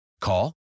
Call